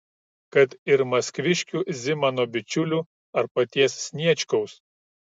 kad ir maskviškių zimano bičiulių ar paties sniečkaus